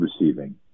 receiving